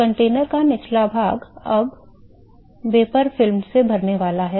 तो कंटेनर का निचला भाग अब वाष्प फिल्म से भरने वाला है